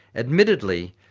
admittedly,